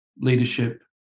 leadership